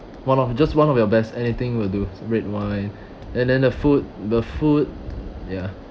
one of just one of your best anything will do red wine and then the food the food ya